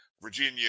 Virginia